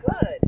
Good